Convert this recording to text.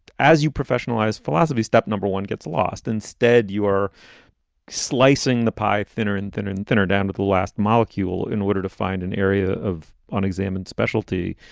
as you professionalized philosophy stuff, no one gets lost. instead, you are slicing the pie thinner and thinner and thinner down to the last molecule in order to find an area of unexamined specialty.